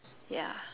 yeah